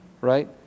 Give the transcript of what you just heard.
right